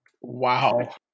Wow